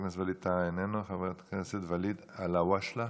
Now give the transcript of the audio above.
חבר הכנסת ווליד טאהא,